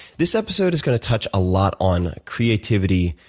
this episode is gonna touch a lot on creativity,